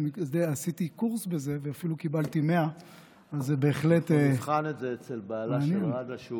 עשיתי קורס בזה ואפילו קיבלתי 100. נבחן את זה אצל בעלה של ראדה,